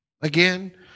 Again